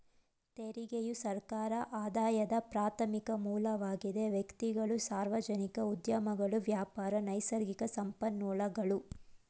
ತೆರಿಗೆಯು ಸರ್ಕಾರ ಆದಾಯದ ಪ್ರಾರ್ಥಮಿಕ ಮೂಲವಾಗಿದೆ ವ್ಯಕ್ತಿಗಳು, ಸಾರ್ವಜನಿಕ ಉದ್ಯಮಗಳು ವ್ಯಾಪಾರ, ನೈಸರ್ಗಿಕ ಸಂಪನ್ಮೂಲಗಳು